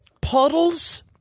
Puddles